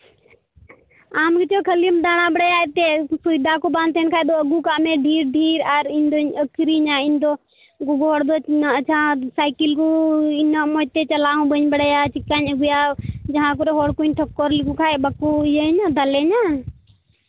ᱟᱢ ᱜᱮᱪᱚ ᱠᱷᱟᱹᱞᱤᱢ ᱫᱟᱬᱟ ᱵᱟᱲᱟᱭᱟ ᱮᱱᱛᱮᱫ ᱥᱚᱭᱫᱟ ᱠᱚ ᱵᱟᱝ ᱛᱟᱦᱮᱱ ᱠᱷᱟᱱ ᱫᱚ ᱟᱹᱜᱩ ᱠᱟᱜ ᱢᱮ ᱰᱷᱮᱹᱨ ᱰᱷᱮᱹᱨ ᱟᱨ ᱤᱧ ᱫᱚᱧ ᱟᱹᱠᱷᱨᱤᱧᱟ ᱤᱧᱫᱚ ᱜᱚᱜᱚ ᱦᱚᱲᱫᱚ ᱛᱤᱱᱟᱹᱜ ᱟᱪᱪᱷᱟ ᱥᱟᱭᱠᱮᱹᱞ ᱠᱚ ᱤᱱᱟᱹᱜ ᱢᱚᱡᱽ ᱛᱮ ᱪᱟᱞᱟᱣ ᱦᱚᱸ ᱵᱟᱹᱧ ᱵᱟᱲᱟᱭᱟ ᱪᱤᱠᱟᱹᱧ ᱟᱹᱜᱩᱭᱟ ᱡᱟᱦᱟᱸ ᱠᱚᱨᱮᱫ ᱦᱚᱲ ᱠᱚᱧ ᱴᱷᱚᱠᱠᱚᱨ ᱞᱮᱠᱚ ᱠᱷᱟᱱ ᱵᱟᱠᱚ ᱤᱭᱟᱹᱧᱟ ᱵᱟᱠᱚ ᱫᱟᱞᱤᱧᱟ